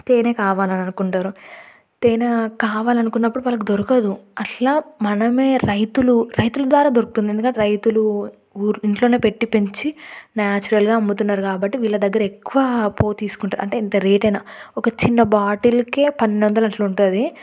తేనె కావాలి అనుకుంటారు తేనె కావాలనుకున్నప్పుడు వాళ్లకు దొరకదు అట్లా మనమే రైతులు రైతులు ద్వారా దొరుకుతుంది ఎందుకంటే రైతులు ఊర్ ఇంట్లోనే పెట్టి పెంచి నాచురల్గా అమ్ముతున్నారు కాబట్టి వీళ్ళ దగ్గర ఎక్కువ తీసుకుంటారు ఎంత రేటైనా ఒక చిన్న బాటిల్కే పన్నెండు వందలు అట్లుంటది